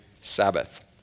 Sabbath